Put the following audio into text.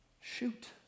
shoot